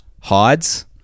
hides